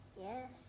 Yes